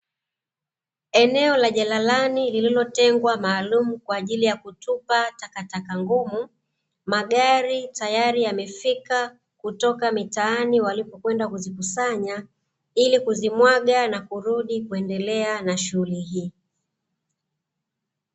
Eneo la jalarani lililotengwa maalum kwa ajili ya kutupa takataka ngumu. Magari tayari yamefika kutoka mitaani walipokwenda kuzikusanya, ili kuzimwaga na kurudi kuendelea na shughuli hiyo.